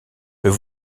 peut